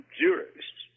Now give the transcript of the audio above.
jurists